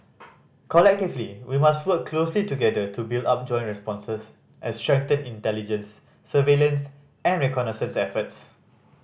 collectively we must work closely together to build up joint responses and strengthen intelligence surveillance and reconnaissance efforts